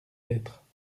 être